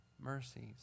mercies